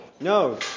No